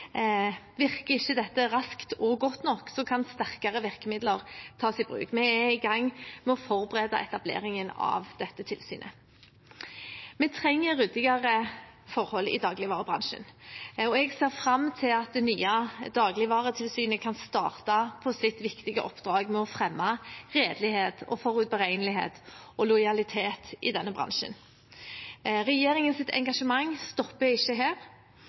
Virker ikke dette raskt og godt nok, kan sterkere virkemidler tas i bruk. Vi er i gang med å forberede etableringen av dette tilsynet. Vi trenger ryddigere forhold i dagligvarebransjen. Jeg ser fram til at det nye Dagligvaretilsynet kan starte på sitt viktige oppdrag med å fremme redelighet, forutberegnelighet og lojalitet i denne bransjen. Regjeringens engasjement stopper ikke her.